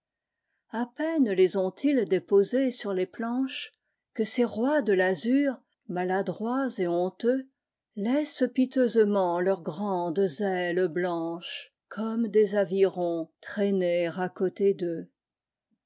a peine les ont-ils déposés sur les planches que ces rois de l'azur maladroits et honteux laissent piteusement leurs grandes ailes blanchescomme des avirons traîner à côté